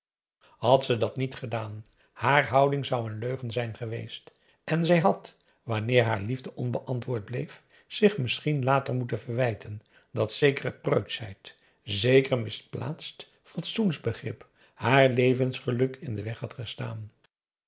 had ze dat niet gedaan haar houding zou een leugen zijn geweest en zij had wanneer haar liefde onbeantwoord bleef zich misschien later moeten verwijten dat zekere preutschheid zeker misplaatst fatsoensbegrip haar levensgeluk in den weg had gestaan